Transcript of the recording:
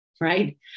Right